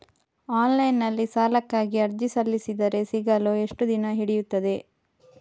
Online ನಲ್ಲಿ ಸಾಲಕ್ಕಾಗಿ ಅರ್ಜಿ ಸಲ್ಲಿಸಿದರೆ ಸಿಗಲು ಎಷ್ಟು ದಿನ ಹಿಡಿಯುತ್ತದೆ?